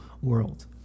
world